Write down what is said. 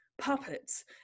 Puppets